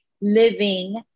living